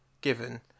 given